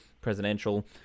presidential